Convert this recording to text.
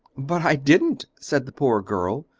but i didn't, said the poor girl,